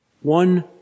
one